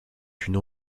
une